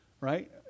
right